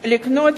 לקנות